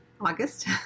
August